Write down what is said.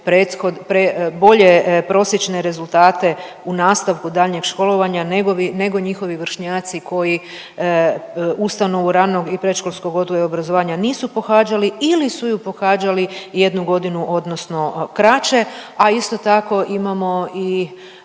bolje prosječne rezultate u nastavku daljnjeg školovanja nego njihovi vršnjaci koji ustanovu ranog i predškolskog odgoja i obrazovanja nisu pohađali ili su ju pohađali jednu godinu odnosno kraće. A isto tako imamo i